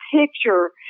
picture